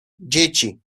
dzieci